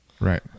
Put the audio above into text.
right